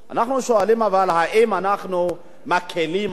אנחנו שואלים אם אנחנו מקלים עליהם,